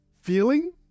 feeling